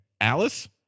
Alice